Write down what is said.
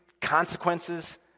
consequences